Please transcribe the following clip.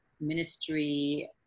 ministry